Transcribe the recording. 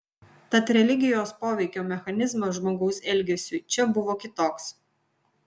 tad religijos poveikio mechanizmas žmogaus elgesiui čia buvo kitoks